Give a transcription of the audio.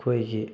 ꯑꯩꯈꯣꯏꯒꯤ